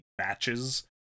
matches